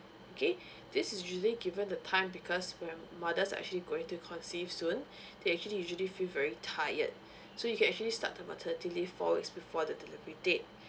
okay this is usually given the time because where mother actually going to conceive soon they actually usually feel very tired so you can actually start the maternity leave four weeks before the delivery date